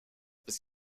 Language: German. bis